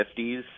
50s